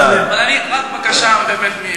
רק בקשה באמת,